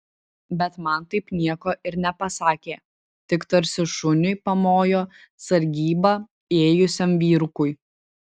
bet man taip nieko ir nepasakė tik tarsi šuniui pamojo sargybą ėjusiam vyrukui